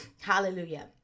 Hallelujah